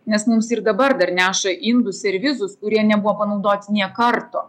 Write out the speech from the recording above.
nes mums ir dabar dar neša indus servizus kurie nebuvo panaudoti nė karto